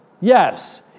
Yes